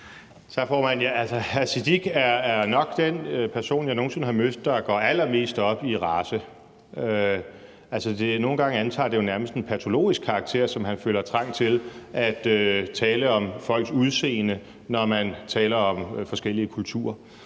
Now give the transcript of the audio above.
formand. Hr. Sikandar Siddique er nok den person, jeg nogen sinde har mødt, der går allermest op i race. Altså, nogle gange antager det jo nærmest en patologisk karakter, som han føler trang til at tale om folks udseende, når man taler om forskellige kulturer,